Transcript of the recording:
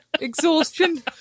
exhaustion